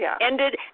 ended